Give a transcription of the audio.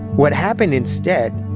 what happened instead